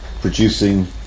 producing